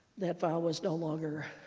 that vow was no longer